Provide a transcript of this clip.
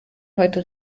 heute